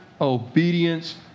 obedience